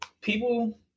people